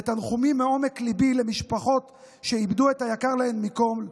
ותנחומים מעומק ליבי למשפחות שאיבדו את היקר להן מכל.